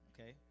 Okay